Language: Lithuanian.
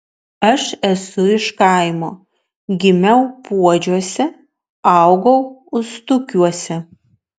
aš esu iš kaimo gimiau puodžiuose augau ustukiuose